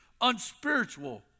unspiritual